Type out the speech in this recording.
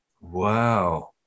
Wow